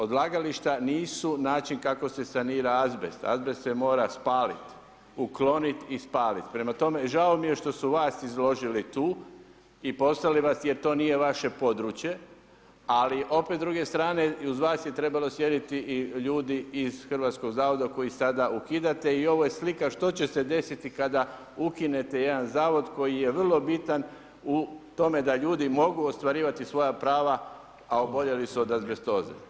Odlagališta nisu način kako se sanira azbest, azbest se mora spaliti, uklonit i spalit, prema tome, žao mi je što su vas izložili tu i poslali vas jer to nije vaše područje, ali opet s druge strane uz vas je trebalo sjediti i ljudi iz Hrvatskog zavoda koji sada ukidate, i ovo je slika što će se desiti kada ukinete jedan Zavod koji je vrlo bitan u tome da ljudi mogu ostvarivati svoja prava a oboljeli su od azbestoze.